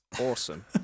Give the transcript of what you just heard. awesome